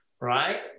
Right